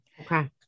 Okay